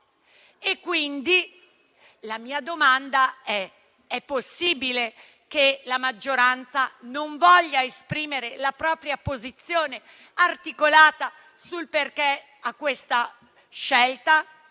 Quindi la mia domanda è la seguente: è possibile che la maggioranza non voglia esprimere la propria posizione articolata sul perché di questa scelta?